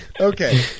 Okay